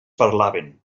parlaven